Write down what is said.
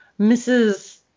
Mrs